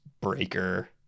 breaker